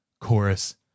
chorus